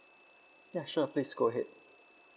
ya sure please go ahead